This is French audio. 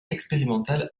expérimental